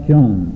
John